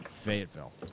Fayetteville